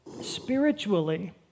spiritually